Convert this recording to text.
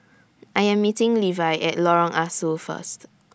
I Am meeting Levi At Lorong Ah Soo First